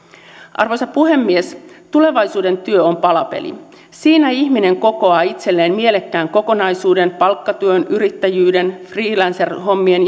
arvoisa puhemies tulevaisuuden työ on palapeli siinä ihminen kokoaa itselleen mielekkään kokonaisuuden palkkatyön yrittäjyyden freelancerhommien